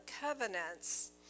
covenants